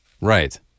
right